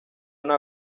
una